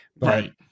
Right